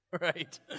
Right